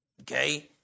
okay